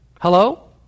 Hello